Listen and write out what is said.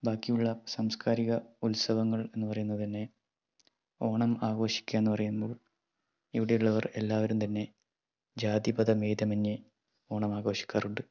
ബാക്കിയുള്ള സാംസ്കാരിക ഉത്സവങ്ങൾ എന്ന് പറയുന്നത് തന്നെ ഓണം ആഘോഷിക്കുക എന്ന് പറയുമ്പോൾ ഇവിടെയുള്ളവർ എല്ലാവരും തന്നെ ജാതിമതഭേദമന്യേ ഓണം ആഘോഷിക്കാറുണ്ട്